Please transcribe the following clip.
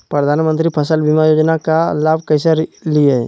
प्रधानमंत्री फसल बीमा योजना का लाभ कैसे लिये?